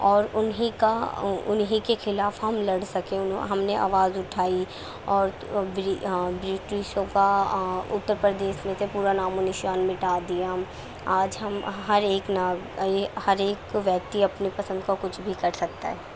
اور انہیں کا انہیں کے خلاف ہم لڑ سکے انو ہم نے آواز اٹھائی اور ہاں برٹشوں کا اتر پردیش میں سے پورا نام و نشان مٹا دیا آج ہم ہر ایک ناگ ہر ایک کو ویکتی اپنی پسند کا کچھ بھی کر سکتا ہے